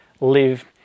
live